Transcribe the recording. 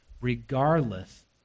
regardless